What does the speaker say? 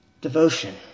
Devotion